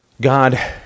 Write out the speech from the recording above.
God